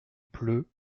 pleu